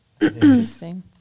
Interesting